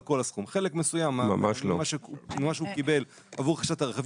כל הסכום ממה שהוא קיבל עבור רכישת הרכב,